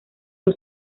los